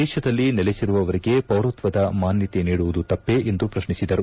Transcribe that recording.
ದೇಶದಲ್ಲಿ ನೆಲಸಿರುವವರಿಗೆ ಪೌರತ್ವದ ಮಾನ್ಕತೆ ನೀಡುವುದು ತಪ್ಪೇ ಎಂದು ಪ್ರಶ್ನಿಸಿದರು